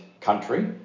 country